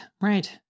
right